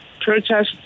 protests